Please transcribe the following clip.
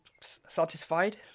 satisfied